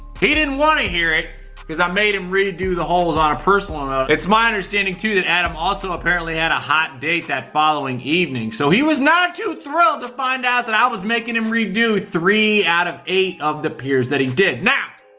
he didn't want to hear it cause i made him redo the holes on a personal level. ah it's my understanding too that adam also apparently had a hot date that following evening. so he was not too thrilled to find out that i was making him redo three out of eight of the piers that he did. now,